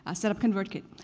ah set up convertkit.